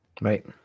right